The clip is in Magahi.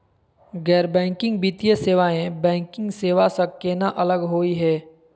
गैर बैंकिंग वित्तीय सेवाएं, बैंकिंग सेवा स केना अलग होई हे?